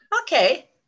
okay